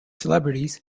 celebrities